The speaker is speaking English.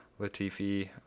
Latifi